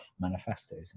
manifestos